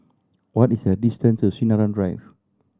what is the distance to Sinaran Drive